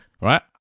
Right